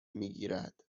میگیرد